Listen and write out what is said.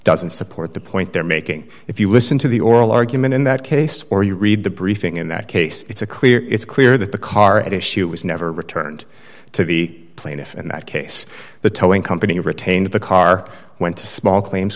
doesn't support the point they're making if you listen to the oral argument in that case or you read the briefing in that case it's a clear it's clear that the car at issue was never returned to the plaintiff in that case the towing company retained the car went to small claims